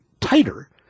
tighter